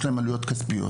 יש להם עלויות כספיות,